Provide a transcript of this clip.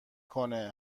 کنه